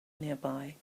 nearby